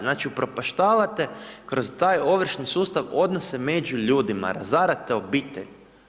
Znači, upropaštavate kroz taj ovršni sustav odnose među ljudima, razarate obitelj.